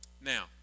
Now